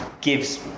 gives